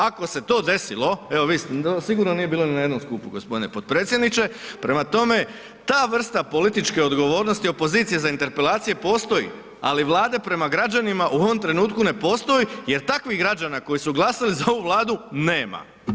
Ako se to desilo, evo, sigurno nije bilo ni na jednom skupu gospodine potpredsjedniče, prema tome, ta vrsta političke odgovornosti, opozicije, za interpelaciju postoji, al vlada, prema građanima u ovom trenutku ne postoji, jer takvih građana koji su glasali za ovu vladu nema.